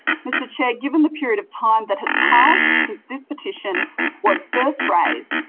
mr chair, given the period of time that has passed since this petition was first raised,